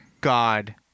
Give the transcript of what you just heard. God